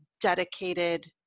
dedicated